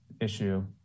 issue